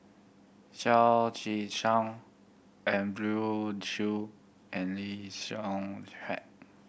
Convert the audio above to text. Chao Tzee Cheng Andrew Chew and Lee Xiong